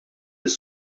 lis